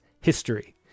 history